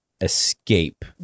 escape